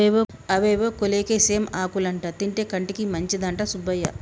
అవేవో కోలేకేసియం ఆకులంటా తింటే కంటికి మంచిదంట సుబ్బయ్య